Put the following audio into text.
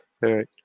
right